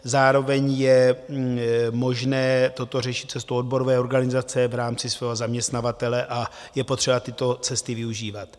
Zároveň je možné toto řešit cestou odborové organizace v rámci svého zaměstnavatele a je potřeba tyto cesty využívat.